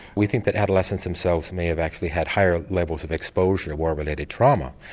we think that adolescents themselves may have actually had higher levels of exposure war related trauma.